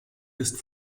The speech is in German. ist